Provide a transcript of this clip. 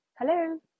Hello